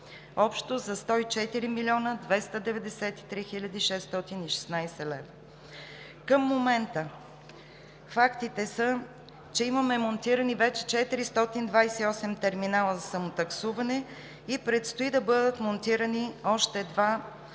общо за 104 млн. 293 хил. 616 лв. Към момента фактите са, че имаме монтирани вече 428 терминала за самотаксуване и предстои да бъдат монтирани още два на